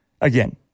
Again